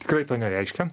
tikrai to nereiškia